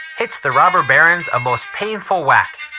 hits the robber barons a most painful whack.